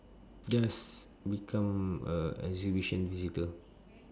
just become a exhibition visitor